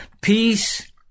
Peace